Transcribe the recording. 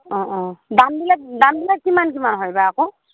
অঁ অঁ দামবিলাক দামবিলাক কিমান কিমান হয় বা আকৌ